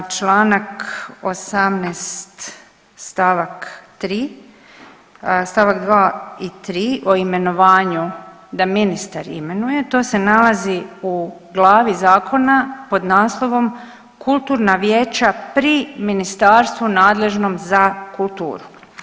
Čl. 18. st. 3., st. 2. i 3. o imenovanju, da ministar imenuje, to se nalazi u glavi zakona pod naslovom „Kulturna vijeća pri ministarstvu nadležnom za kulturu“